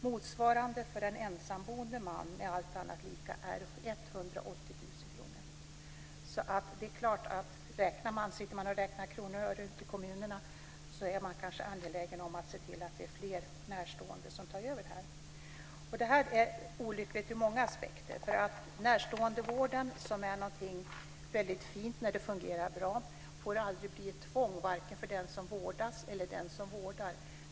Motsvarande kostnad för en ensamboende man under likvärdiga betingelser är 180 000 kr. Räknar man i kommunerna kronor och ören på detta sätt blir man förstås angelägen om att fler närstående ska ta över vården. Detta är olyckligt ur många aspekter. Närståendevården, som är något fint när den fungerar bra, får aldrig bli ett tvång, vare sig för den som vårdas eller den som vårdar.